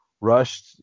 rushed